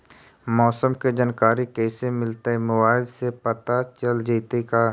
मौसम के जानकारी कैसे मिलतै मोबाईल से पता चल जितै का?